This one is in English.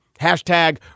hashtag